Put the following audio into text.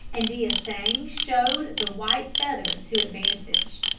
and d'estaing showed the white feather to advantage.